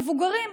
מבוגרים,